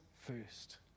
first